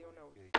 הדיון נעול.